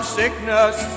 sickness